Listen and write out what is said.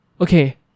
Okay